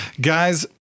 guys